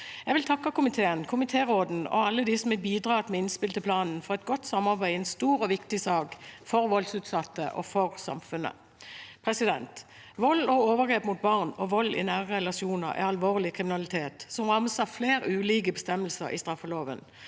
Jeg vil takke komiteen, komitéråden og alle dem som har bidratt med innspill til planen, for et godt samarbeid i en stor og viktig sak for voldsutsatte og for samfunnet. Vold og overgrep mot barn og vold i nære relasjoner er alvorlig kriminalitet som rammes av flere ulike bestemmelser i straffeloven,